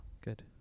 good